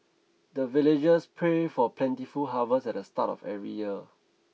the villagers pray for plentiful harvest at the start of every year